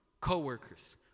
co-workers